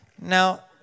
Now